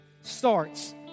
starts